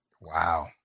Wow